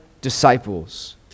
disciples